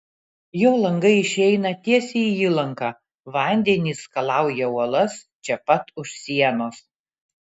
jo langai išeina tiesiai į įlanką vandenys skalauja uolas čia pat už sienos